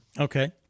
Okay